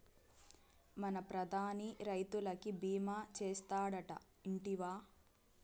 మన ప్రధాని రైతులకి భీమా చేస్తాడటా, ఇంటివా